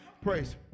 praise